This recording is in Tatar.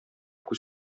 күз